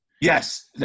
yes